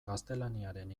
gaztelaniaren